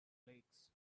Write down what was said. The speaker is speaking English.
lakes